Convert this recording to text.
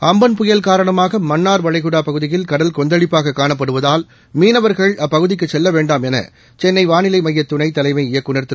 Amphan புயல் காரணமாக மன்னார் வளைகுடா பகுதியில் கடல் கொந்தளிப்பாக காணப்படுவதால் மீனவர்கள் அப்பகுதிக்கு செல்ல வேண்டாமென சென்னை வானிலை மைய துணைத் தலைமை இயக்குநா் திரு